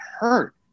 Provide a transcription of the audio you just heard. hurt